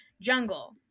Jungle